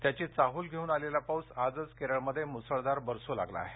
त्याघी चाहूल घेऊन आलेला पाऊस आजच केरळमध्ये मुसळधार बरसू लागला आहे